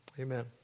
amen